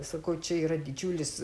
sakau čia yra didžiulis